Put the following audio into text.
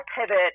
pivot